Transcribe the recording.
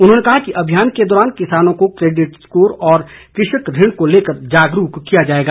उन्होंने कहा कि अभियान के दौरान किसानों को क्रेडिट स्कोर और कृषक ऋण को लेकर जागरूक किया जाएगा